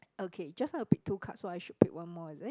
okay just now you pick two cards so I should pick one more is it